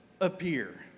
appear